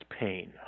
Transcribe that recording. pain